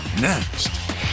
next